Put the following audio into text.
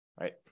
right